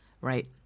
right